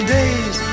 days